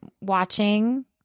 watching